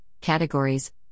Categories